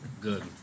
Good